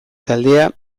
taldea